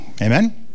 Amen